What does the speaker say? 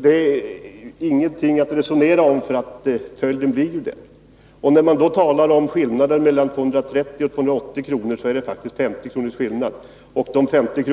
Det är ingenting att resonera om — följden blir ju den. När man då talar om skillnaden mellan 230 och 280 kr., så gäller det ju faktiskt 50 kronors skillnad. Och dessa 50 kr.